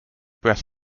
breast